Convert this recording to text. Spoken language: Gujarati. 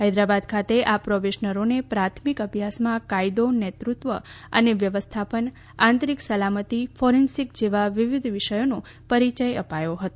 હૈદરાબાદ ખાતે આ પ્રોબશનરોને પ્રાથમિક અભ્યાસમાં કાયદો નેતૃત્વ અને વ્યવસ્થાપન આંતરીક સલામતી ફોરેન્સીક જેવા વિવિધ વિષયોનો પરિચય અપાયો હતો